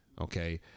Okay